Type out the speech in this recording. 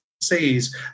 sees